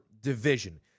division